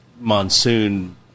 Monsoon